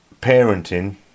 Parenting